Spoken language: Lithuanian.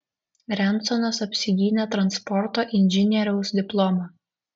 rensonas apsigynė transporto inžinieriaus diplomą